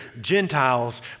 Gentiles